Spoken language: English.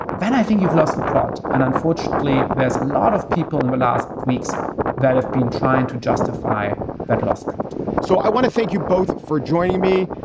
van, i think you've lost the plot. and unfortunately, there's a lot of people in the last weeks that have been trying to justify that lost count so i want to thank you both for joining me.